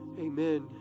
amen